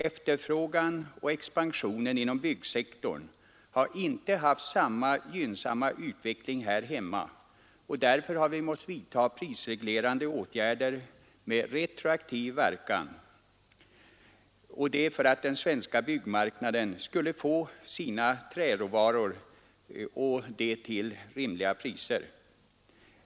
Efterfrågan och expansionen inom byggsektorn har inte haft samma gynnsamma utveckling här hemma, och därför har vi måst vidta prisreglerande åtgärder med retroaktiv verkan för att den svenska byggmarknaden skulle få den träråvara som den behöver och till rimliga priser.